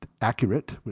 accurate